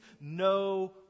no